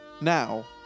Now